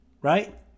Right